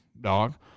dog